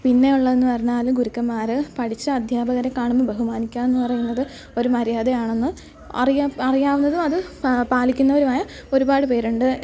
പിന്നെ ഉള്ളതെന്ന് പറഞ്ഞാൽ ഗുരുക്കന്മാർ പഠിച്ച അധ്യാപകരെ കാണുമ്പോൾ ബഹുമാനിക്കുക എന്ന് പറയുന്നത് ഒരു മര്യാദയാണെന്ന് അറിയാവുന്നതും അത് പാലിക്കുന്നവരുമായ ഒരുപാട് പേരുണ്ട്